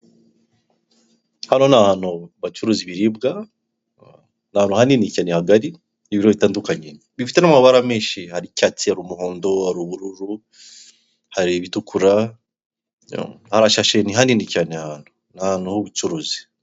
Inzu yo guturamo iherereye mu Rwanda mu mujyi wa Kigali ikodeshwa amadolari magana atanu na mirongo itanu ku kwezi, irimo televiziyo icyuma gitanga umuyaga, intebe, ameza, ndetse n'akabati.